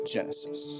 Genesis